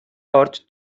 орж